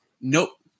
Nope